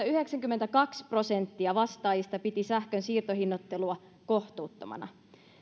yhdeksänkymmentäkaksi prosenttia vastaajista piti sähkön siirtohinnoittelua kohtuuttomana